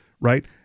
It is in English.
right